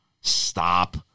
Stop